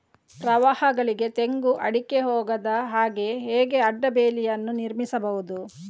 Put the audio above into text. ಪ್ರವಾಹಗಳಿಗೆ ತೆಂಗು, ಅಡಿಕೆ ಹೋಗದ ಹಾಗೆ ಹೇಗೆ ಅಡ್ಡ ಬೇಲಿಯನ್ನು ನಿರ್ಮಿಸಬಹುದು?